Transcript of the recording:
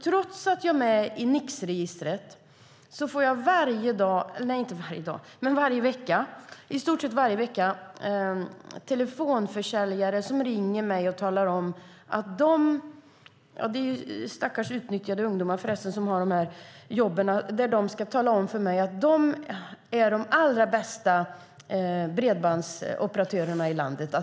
Trots att jag är med i Nixregistret blir jag i stort sett varje vecka uppringd av telefonförsäljare - det är för resten stackars utnyttjade ungdomar som har de här jobben - som ska tala om för mig att de är de allra bästa bredbandsoperatörerna i landet.